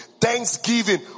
Thanksgiving